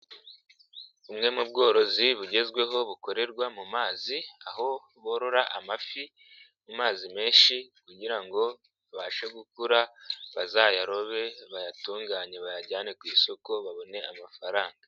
Bumwe mu bworozi bugezweho bukorerwa mu mazi, aho borora amafi mu mazi menshi, kugira ngo abashe gukura bazayarobe bayatunganye bayajyane ku isoko babone amafaranga.